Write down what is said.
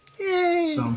Yay